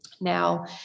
Now